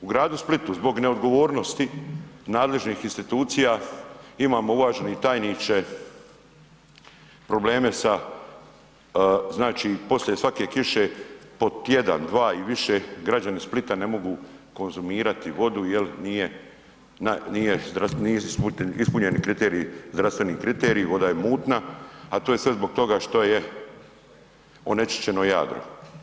U gradu Splitu zbog neodgovornosti nadležnih institucija imamo uvaženi tajniče probleme sa, znači poslije svake kiše po tjedan, dva i više građani Splita ne mogu konzumirati vodu jer nije ispunjeni kriteriji, zdravstveni kriteriji, voda je mutna, a to je sve zbog toga što je onečišćeno Jadro.